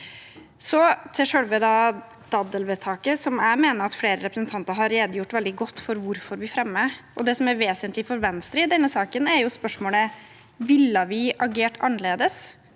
jeg mener at flere representanter har redegjort veldig godt for hvorfor vi fremmer. Det som er vesentlig for Venstre i denne saken, er spørsmålet: Ville vi agert annerledes